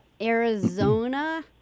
Arizona